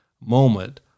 moment